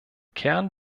kern